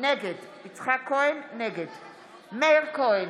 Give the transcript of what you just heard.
נגד מאיר כהן,